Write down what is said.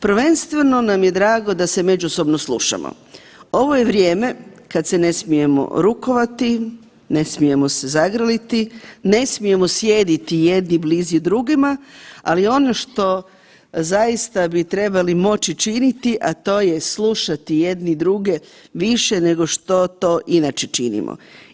Prvenstveno nam je drago da se međusobno slušamo, ovo je vrijeme kad se ne smijemo rukovati, ne smijemo se zagrliti, ne smijemo sjediti jedni blizu drugima, ali ono što zaista bi trebali moći činiti, a to je slušati jedni druge više nego što to inače činimo.